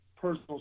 personal